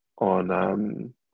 on